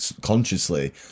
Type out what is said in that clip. consciously